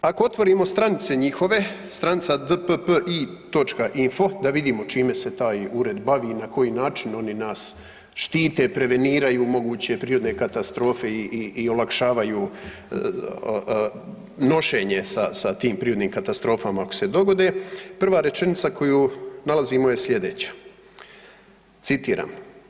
Ako otvorimo stranice njihove, stranica dppi.info da vidimo čime se taj ured bavi i na koji način oni nas štite, preveniraju od moguće prirodne katastrofe i olakšavaju nošenje sa tim prirodnim katastrofama ako se dogode, prva rečenica koju nalazimo je sljedeća, citiram.